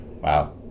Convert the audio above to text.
Wow